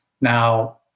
Now